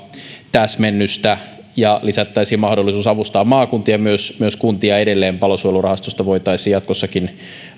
täsmennystä ja lisättäisiin mahdollisuus avustaa maakuntia myös myös kuntia edelleen palosuojelurahastosta voitaisiin jatkossakin